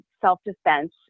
self-defense